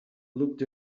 looked